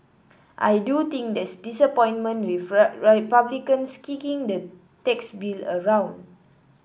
I do think there's disappointment with Republicans kicking the tax bill around